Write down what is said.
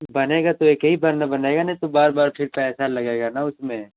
बनेगा तो एक ही बार ना बनेगा नहीं तो बार बार फिर पैसा लगेगा ना उसमें